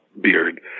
beard